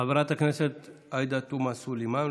חברת הכנסת עאידה תומא סלימאן.